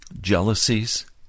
Jealousies